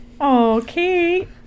Okay